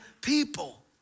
people